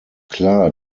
klar